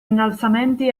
innalzamenti